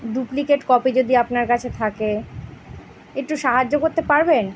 duplicate copy যদি আপনার কাছে থাকে একটু সাহায্য করতে পারবেন